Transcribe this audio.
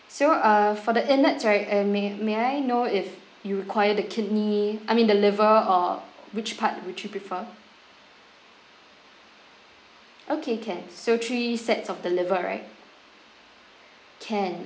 so err for the inner right uh may may I know if you require the kidney I mean the liver or which part would you prefer okay can so three sets of the liver right can